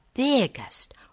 biggest